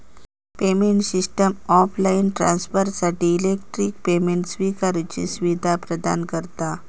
payment system offline ट्रांसफरसाठी electronic payment स्विकारुची सुवीधा प्रदान करता